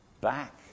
back